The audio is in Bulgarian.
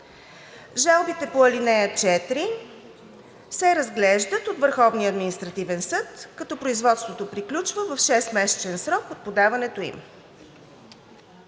„Жалбите по ал. 4 се разглеждат от Върховния административен съд, като производството приключва в шестмесечен срок от подаването им“.